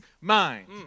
mind